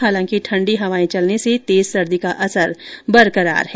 हालांकि ठंडी हवाएं चलने से तेज सर्दी का असर बरकरार है